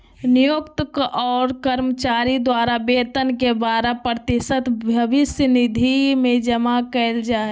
नियोक्त और कर्मचारी द्वारा वेतन के बारह प्रतिशत भविष्य निधि में जमा कइल जा हइ